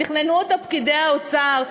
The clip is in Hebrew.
תכננו אותה פקידי האוצר,